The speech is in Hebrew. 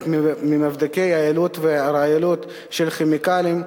ממבדקי היעילות והרעילות של כימיקלים,